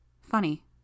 Funny